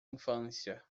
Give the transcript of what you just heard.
infância